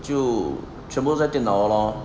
就全部在电脑 lor